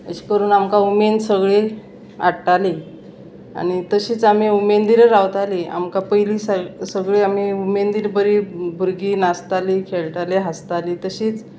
अशें करून आमकां उमेद सगळीं हाडटाली आनी तशीच आमी उमेदीर रावतालीं आमकां पयलीं सगळीं आमी उमेदीर बरी भुरगीं नाचतालीं खेळटालीं हांसतालीं तशींच